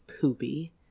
poopy